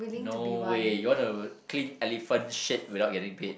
no way you wanna clean elephant shit without getting paid